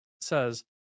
says